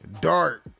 dark